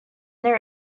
there